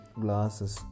glasses